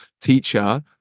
teacher